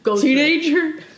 Teenager